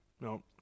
no